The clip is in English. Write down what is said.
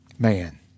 Man